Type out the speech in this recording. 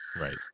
Right